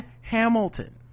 Hamilton